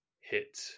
hit